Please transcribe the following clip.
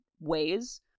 ways